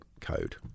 code